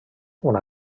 una